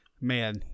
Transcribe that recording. man